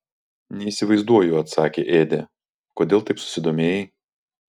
neįsivaizduoju atsakė ėdė kodėl taip susidomėjai